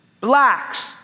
blacks